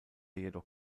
jedoch